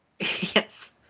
Yes